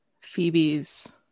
phoebe's